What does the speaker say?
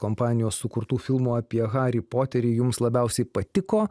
kompanijos sukurtų filmų apie harį poterį jums labiausiai patiko